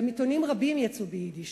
גם עיתונים רבים יצאו ביידיש.